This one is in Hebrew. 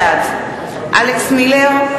בעד אלכס מילר,